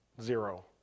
Zero